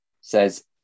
says